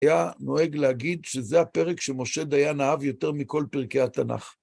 היה נוהג להגיד שזה הפרק שמשה דיין אהב יותר מכל פרקי התנ״ך.